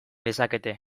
dezakete